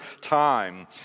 time